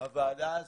הוועדה הזו,